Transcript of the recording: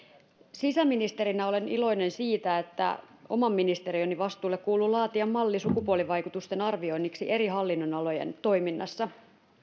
sisäministerinä olen iloinen siitä että oman ministeriöni vastuulle kuuluu laatia malli sukupuolivaikutusten arvioinniksi eri hallinnonalojen toiminnassa